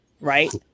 right